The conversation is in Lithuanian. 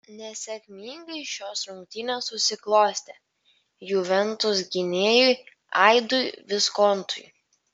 nesėkmingai šios rungtynės susiklostė juventus gynėjui aidui viskontui